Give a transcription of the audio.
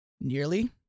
nearly